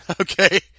Okay